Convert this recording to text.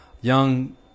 young